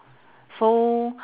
so